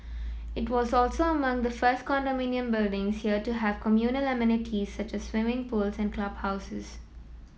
it was also among the first condominium buildings here to have communal amenities such as swimming pools and clubhouses